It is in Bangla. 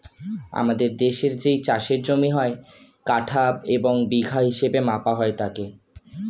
আমাদের দেশের যেই চাষের জমি হয়, কাঠা এবং বিঘা হিসেবে মাপা হয় তাকে